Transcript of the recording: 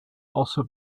also